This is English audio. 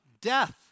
Death